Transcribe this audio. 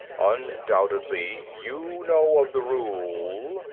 undoubtedly you know of the rule,